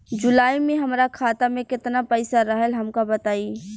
जुलाई में हमरा खाता में केतना पईसा रहल हमका बताई?